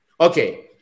Okay